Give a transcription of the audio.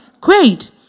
Great